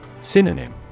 Synonym